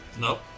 Nope